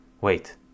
wait